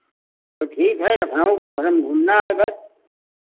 तो ठीक है लखनऊ भरे में घूमना है बस